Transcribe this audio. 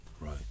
right